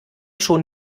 schon